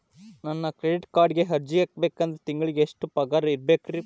ನಾನು ಕ್ರೆಡಿಟ್ ಕಾರ್ಡ್ಗೆ ಅರ್ಜಿ ಹಾಕ್ಬೇಕಂದ್ರ ತಿಂಗಳಿಗೆ ಎಷ್ಟ ಪಗಾರ್ ಇರ್ಬೆಕ್ರಿ?